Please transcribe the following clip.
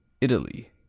Italy